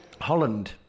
Holland